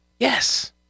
Yes